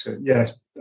yes